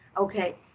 okay